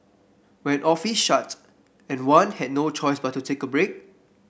when offices shut and one had no choice but to take a break